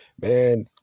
man